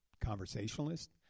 conversationalist